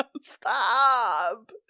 Stop